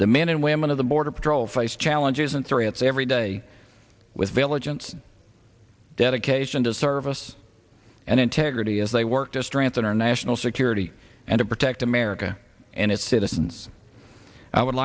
the men and women of the border patrol face challenges and threats every day with diligence dedication to service and integrity as they work to strengthen our national security and to protect america and its citizens i would